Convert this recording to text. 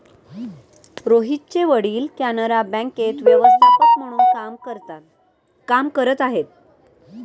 रोहितचे वडील कॅनरा बँकेत व्यवस्थापक म्हणून काम करत आहे